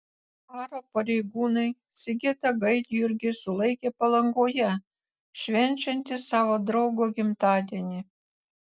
aro pareigūnai sigitą gaidjurgį sulaikė palangoje švenčiantį savo draugo gimtadienį